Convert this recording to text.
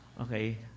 Okay